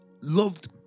loved